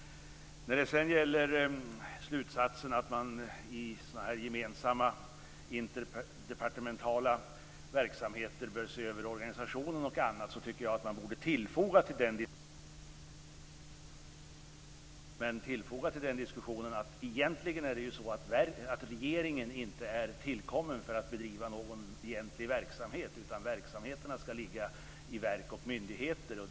När det sedan gäller slutsatsen att man i sådana här gemensamma interdepartementala verksamheter bör se över organisation och annat tycker jag att man till den diskussionen bör foga, och det hade också kunnat stå i betänkandet, att regeringen faktiskt inte är tillkommen för att bedriva någon egentlig verksamhet. Verksamheterna ska ligga i verk och myndigheter.